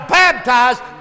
baptized